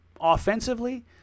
Offensively